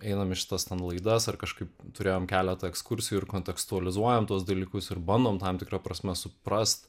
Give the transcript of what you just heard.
einamį šitas ten laidas ar kažkaip turėjom keletą ekskursijų ir kontekstualizuojant tuos dalykus ir bandom tam tikra prasme suprast